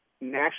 national